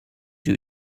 you